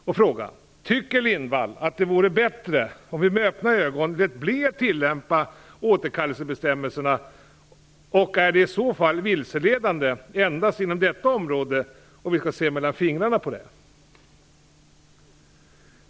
Tycker Gudrun Lindvall att det vore bättre om vi med öppna ögon lät bli att tillämpa återkallelsebestämmelserna, och är det i sådana fall vilseledande endast inom detta område som vi skall se mellan fingrarna på?